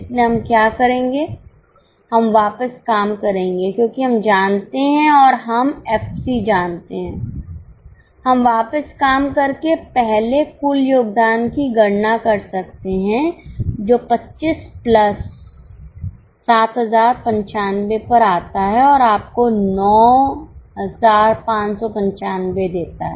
इसलिए हम क्या करेंगे हम वापस काम करेंगे क्योंकि हम लाभ जानते हैं और हम एफसी जानते हैं हम वापस काम करके पहले कुल योगदान की गणना कर सकते हैं जो 25 प्लस 7095 पर आता है और आपको 9595 देता है